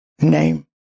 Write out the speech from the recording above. name